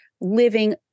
living